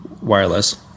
wireless